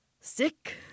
sick